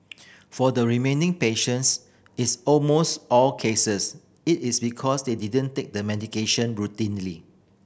for the remaining patients is almost all cases it is because they didn't take the medication routinely